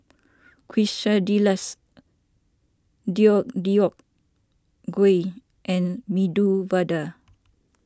Quesadillas Deodeok Gui and Medu Vada